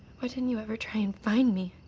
why didn't you ever try and find me?